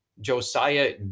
Josiah